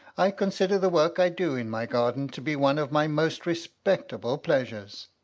i consider the work i do in my garden to be one of my most respectable pleasures.